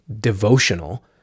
devotional